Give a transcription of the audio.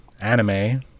Anime